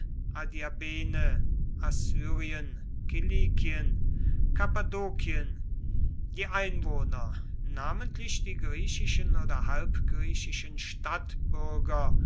adiabene assyrien kilikien kappadokien die einwohner namentlich die griechischen oder halbgriechischen stadtbürger